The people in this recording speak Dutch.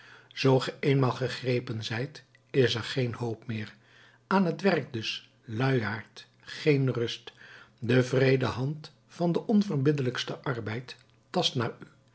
ge eenmaal gegrepen zijt is er geen hoop meer aan t werk dus luiaard geen rust de wreede hand van den onverbiddelijksten arbeid